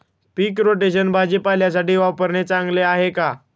पीक rotation भाजीपाल्यासाठी वापरणे चांगले आहे का?